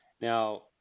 Now